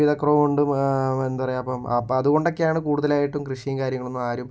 ലഭ്യതക്കുറവ് കൊണ്ടും എന്താ പറയുക അപ്പം അതുകൊണ്ടൊക്കെയാണ് കൂടുതലായിട്ടും കൃഷിയും കാര്യങ്ങളൊന്നും ആരും